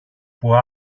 που